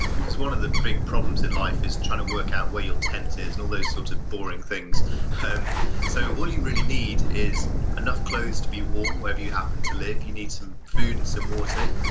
because one of the big problems in life is trying to work out where your tent is and all those sort of boring things so all you really need is enough clothes to be warm wherever you happen to live. you need some food and some water.